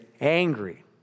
angry